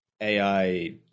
AI